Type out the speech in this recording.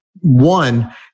One